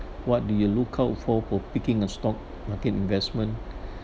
what do you look out for for picking a stock market investment